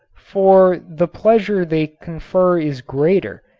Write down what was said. for the pleasure they confer is greater,